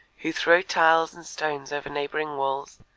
who throw tiles and stones over neighboring walls,